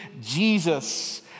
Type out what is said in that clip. Jesus